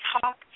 talk